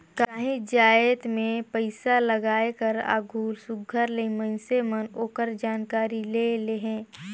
काहींच जाएत में पइसालगाए कर आघु सुग्घर ले मइनसे मन ओकर जानकारी ले लेहें